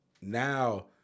now